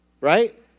right